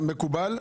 מקובל.